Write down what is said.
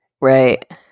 Right